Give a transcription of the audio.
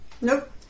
Nope